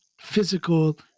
physical